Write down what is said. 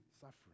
suffering